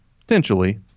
potentially